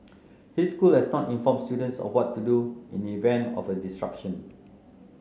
his school had not informed students of what to do in event of a disruption